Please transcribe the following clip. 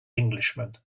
englishman